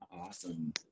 Awesome